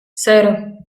cero